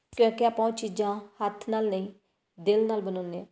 ਕਿਉਂਕਿ ਆਪਾਂ ਉਹ ਚੀਜ਼ਾਂ ਹੱਥ ਨਾਲ ਨਹੀਂ ਦਿਲ ਨਾਲ ਬਣਾਉਂਦੇ ਹਾਂ